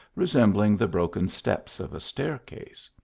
resembling the broken steps of a staircase.